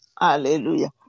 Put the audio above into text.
Hallelujah